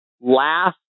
last